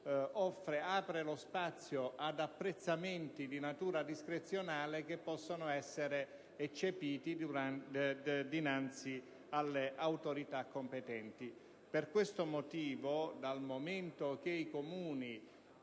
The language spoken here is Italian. apre lo spazio ad apprezzamenti di natura discrezionale che possono essere eccepiti dinanzi alle autorità competenti. Per questo motivo, dal momento che i Comuni